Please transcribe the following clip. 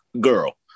girl